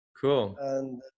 Cool